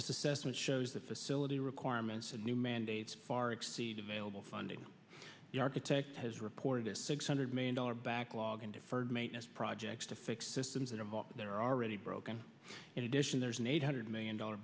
this assessment shows the facility requirements and new mandates far exceed available funding the architect has reported a six hundred million dollars backlog in deferred maintenance projects to fix systems that are there are already broken in addition there's an eight hundred million dollar